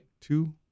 two